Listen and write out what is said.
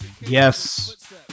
yes